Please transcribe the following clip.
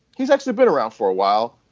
he's actually been around for a while.